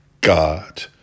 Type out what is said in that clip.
God